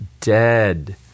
dead